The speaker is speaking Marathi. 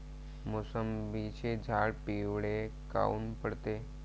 मोसंबीचे झाडं पिवळे काऊन पडते?